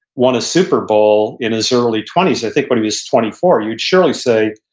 won a super bowl in his early twenties, i think when he was twenty four. you'd surely say,